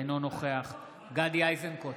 אינו נוכח גדי איזנקוט,